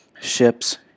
ships